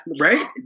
right